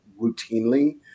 routinely